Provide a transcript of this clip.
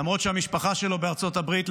ולמרות שהמשפחה שלו בארצות הברית,